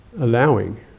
allowing